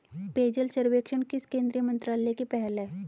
पेयजल सर्वेक्षण किस केंद्रीय मंत्रालय की पहल है?